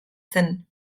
zen